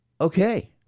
Okay